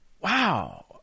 wow